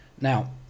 Now